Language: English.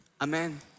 Amen